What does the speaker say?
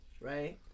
right